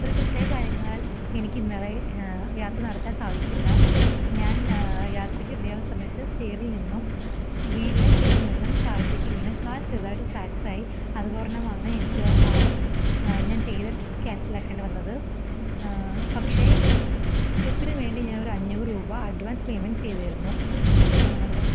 ഒരു പ്രത്യേക കാര്യങ്ങളാല് എനിക്ക് ഇന്നലെ യാത്ര നടത്താന് സാധിച്ചില്ല ഞാന് യാത്രയ്ക്ക് റെഡിയാവുന്ന സമയത്ത് സ്റ്റെയറില് നിന്നും വീട്ടിലെ സ്റ്റെയറില് നിന്നും താഴത്തേക്ക് വീണ് കാല് ചെറുതായിട്ട് ഫ്രാക്ച്ചറായി അതു കാരണമാണ് എനിക്ക് ഞാന് ചെയ്ത ട്രിപ്പ് ക്യാന്സൽ ആക്കേണ്ടി വന്നത് പക്ഷെ ട്രിപ്പിന് വേണ്ടി ഞാൻ ഒരു അഞ്ഞൂറ് രൂപ അഡ്വാന്സ് പേയ്മെൻ്റ് ചെയിതിരുന്നു